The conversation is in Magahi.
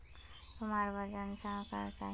तुमरा वजन चाँ करोहिस?